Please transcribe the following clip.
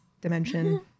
dimension